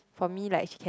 for me like she can